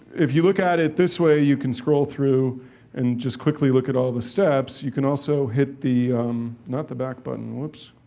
if you look at it this way, you can scroll through and just quickly look at all of the steps. you can also hit the not the back button whoops.